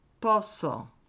Posso